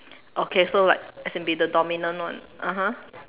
okay so like as in be the dominant one (uh huh)